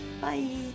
Bye